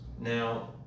Now